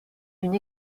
une